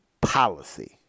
policy